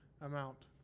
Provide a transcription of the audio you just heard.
amount